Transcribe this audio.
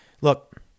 look